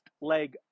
leg